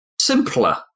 simpler